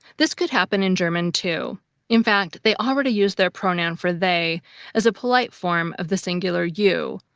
this could happen in german, too in fact, they already use their pronoun for they as a polite form of the singular you,